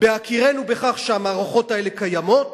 בהכירנו בכך שהמערכות האלה קיימות